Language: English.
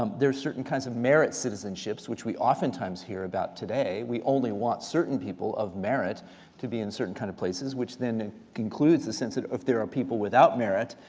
um there are certain kinds of merit citizenships, which we oftentimes hear about today. we only want certain people of merit to be in certain kind of places, which then concludes the sense that if there are people without merit,